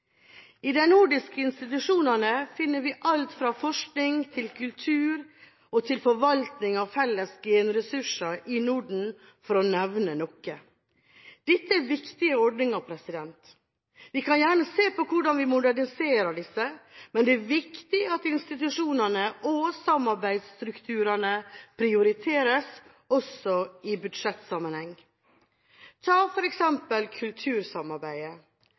I de nordiske institusjonene finner vi alt fra forskning til kultur og til forvaltning av felles genressurser i Norden – for å nevne noe. Dette er viktige ordninger. Vi kan gjerne se på hvordan vi moderniserer disse, men det er viktig at institusjonene og samarbeidsstrukturene prioriteres også i budsjettsammenheng. Ta f.eks. kultursamarbeidet.